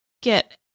get